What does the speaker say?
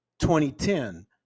2010